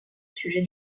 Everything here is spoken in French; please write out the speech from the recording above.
sujet